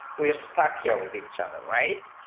we are stuck here with each other, right.